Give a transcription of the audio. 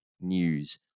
News